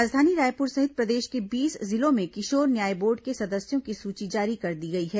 राजधानी रायपुर सहित प्रदेश के बीस जिलों में किशोर न्याय बोर्ड के सदस्यों की सूची जारी कर दी गई है